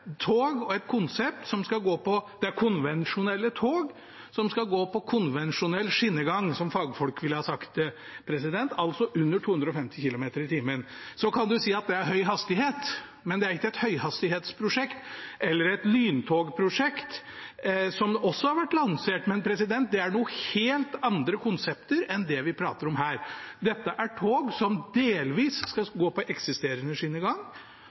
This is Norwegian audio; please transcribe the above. tog som går over 250 km/t. Dette er et konsept med konvensjonelle tog som skal gå på konvensjonell skinnegang, som fagfolk ville ha sagt det – altså under 250 km/t. En kan si at det er høy hastighet, men det er ikke et høyhastighetsprosjekt eller et lyntogprosjekt, som også har vært lansert. Det er noen helt andre konsepter enn det vi prater om her. Dette er tog som delvis skal gå på eksisterende